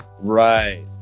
Right